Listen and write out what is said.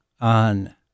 on